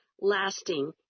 lasting